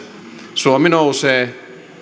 suomi nousee